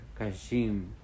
Kashim